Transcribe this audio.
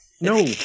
no